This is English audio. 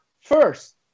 first